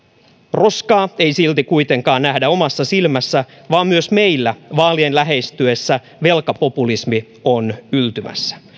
roskaa ei silti kuitenkaan nähdä omassa silmässä vaan myös meillä vaalien lähestyessä velkapopulismi on yltymässä